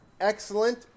excellent